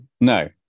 No